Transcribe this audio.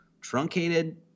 truncated